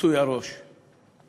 כיסוי הראש והפנים.